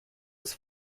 was